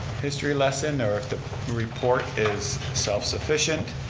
history lesson or if the report is self-sufficient.